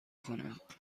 کند